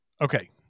Okay